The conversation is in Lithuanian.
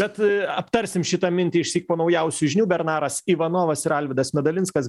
bet aptarsim šitą mintį išsyk po naujausių žinių bernaras ivanovas ir alvydas medalinskas